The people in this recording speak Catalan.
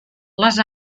les